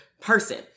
person